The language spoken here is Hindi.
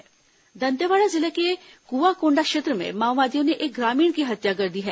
माओवादी हत्या दंतेवाड़ा जिले के कुंआकोंडा क्षेत्र में माओवादियों ने एक ग्रामीण की हत्या कर दी है